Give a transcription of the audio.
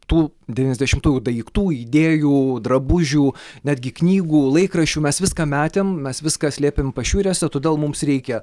tų devyniasdešimtųjų daiktų idėjų drabužių netgi knygų laikraščių mes viską metėm mes viską slėpėme pašiūrėse todėl mums reikia